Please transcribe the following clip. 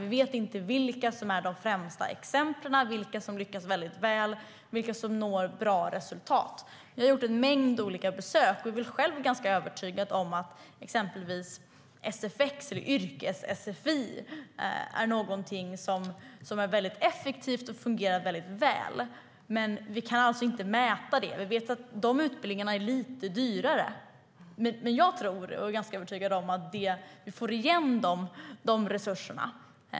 Vi vet inte vilka som är de främsta exemplen, vilka som lyckas väldigt väl och vilka som når bra resultat. Vi har gjort en mängd olika besök. Vi är själva ganska övertygade om att exempelvis sfx, eller yrkes-sfi, är någonting som är väldigt effektivt och som fungerar väldigt väl, men vi kan alltså inte mäta det. Vi vet att de utbildningarna är lite dyrare, men jag är ganska övertygad om att vi får igen de resurserna.